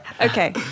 Okay